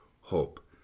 Hope